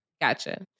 gotcha